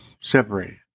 separated